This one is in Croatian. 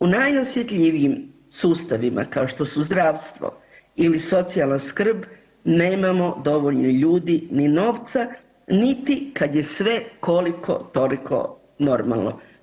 U najosjetljivijim sustavima kao što su zdravstvo ili socijalna skrb nemamo dovoljno ljudi, ni novca, niti kad je sve koliko toliko normalno.